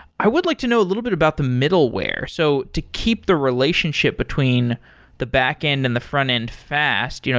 i would like to know a little bit about the middleware. so to keep the relationship between the backend and the frontend fast, you know